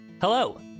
Hello